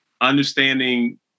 understanding